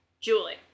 Julie